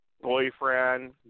boyfriend